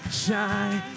shine